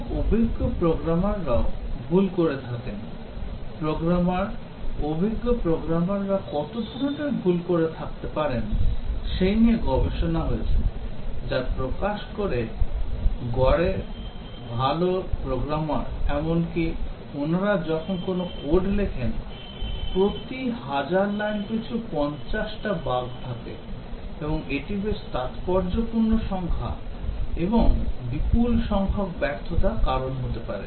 খুব অভিজ্ঞ প্রোগ্রামাররাও ভুল করে থাকেন প্রোগ্রামার অভিজ্ঞ প্রোগ্রামাররা কত ধরনের ভুল করে থাকতে পারেন সেই নিয়ে গবেষণা হয়েছে যা প্রকাশ করে গড়ে ভালো প্রোগ্রামার এমন কি ওনারা যখন কোন কোড লিখেন প্রতি হাজার লাইন পিছু 50 টি বাগ থাকে এবং এটি বেশ তাৎপর্যপূর্ণ সংখ্যা এবং বিপুল সংখ্যক ব্যর্থতার কারণ হতে পারে